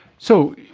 so